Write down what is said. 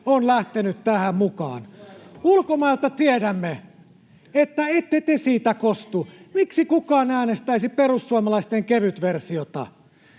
on lähtenyt tähän mukaan. Ulkomailta tiedämme, että ette te siitä kostu. Miksi kukaan äänestäisi perussuomalaisten kevytversiota?